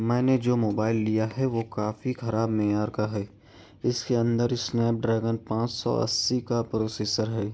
میں نے جو موبائل لیا ہے وہ کافی خراب معیار کا ہے اس کے اندر اسنیپ ڈریگن پانچ سو اسّی کا پروسیسر ہے